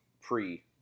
pre